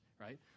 right